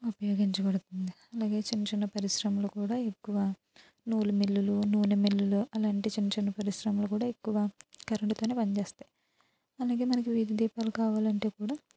ఉపయోగించబడుతుంది అలాగే చిన్న చిన్న పరిశ్రమలు కూడా ఎక్కువ నూలు మిల్లులు నూనె మిల్లులు అలాంటి చిన్న చిన్న పరిశ్రమలు కూడా ఎక్కువ కరెంటుతోనే పనిచేస్తాయి అందుకే మనకి వీధి దీపాలు కావాలంటే కూడా